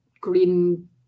green